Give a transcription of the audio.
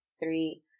three